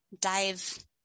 dive